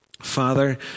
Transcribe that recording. Father